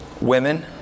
women